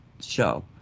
show